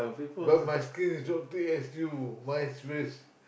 but my skin is not thick as you my face